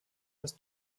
das